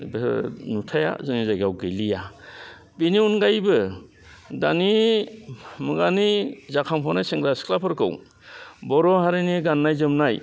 बेफोर नुथाया जोंनि जायगायाव गैलिया बेनि अनगायैबो दानि मुगानि जाखांफुनाय सेंग्रा सिख्लाफोरखौ बर' हारिनि गान्नाय जोमनाय